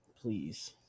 Please